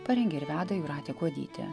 parengė ir veda jūratė kuodytė